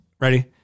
ready